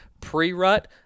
pre-rut